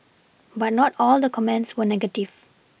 but not all the comments were negative